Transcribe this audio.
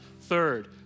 Third